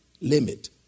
limit